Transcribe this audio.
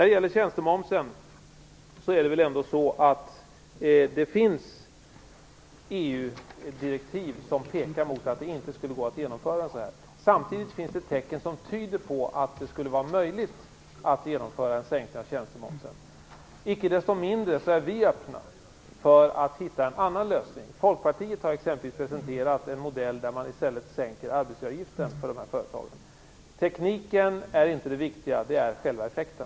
Det finns EU-direktiv som pekar mot att en sänkning av tjänstemomsen inte skulle gå att genomföras här. Samtidigt finns tecken som tyder på att det skulle vara möjligt att genomföra en sänkning av tjänstemomsen. Icke desto mindre är vi öppna för att hitta en annan lösning. Folkpartiet har exempelvis presenterat en modell som går ut på att man i stället sänker arbetsgivaravgiften för de berörda företagen. Tekniken är inte det viktiga, utan det viktiga är själva effekten.